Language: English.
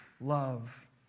love